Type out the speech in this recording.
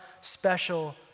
special